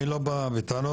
אני לא בא בטענות.